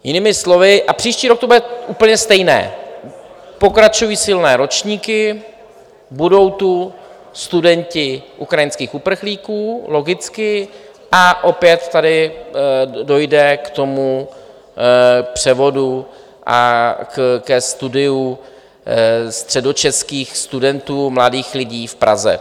Jinými slovy: a příští rok to bude úplně stejné, pokračují silné ročníky, budou tu studenti ukrajinských uprchlíků logicky a opět tady dojde k tomu převodu a ke studiu středočeských studentů mladých lidí v Praze.